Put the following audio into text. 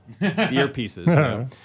earpieces